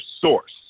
source